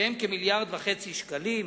שהם כמיליארד וחצי שקלים,